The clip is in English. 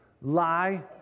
lie